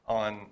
on